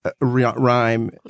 rhyme